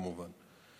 כמובן.